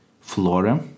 flora